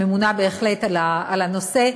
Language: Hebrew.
שממונה בהחלט על הנושא.